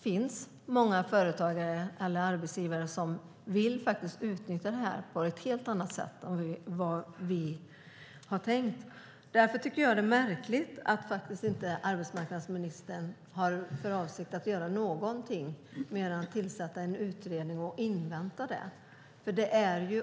finns många arbetsgivare som vill utnyttja stödet på ett helt annat sätt än vad som var tänkt. Därför tycker jag att det är märkligt att arbetsmarknadsministern inte har för avsikt att göra någonting mer än att tillsätta en utredning och invänta den.